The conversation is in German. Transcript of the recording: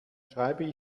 schreibe